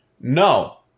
No